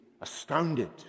astounded